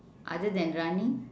other than running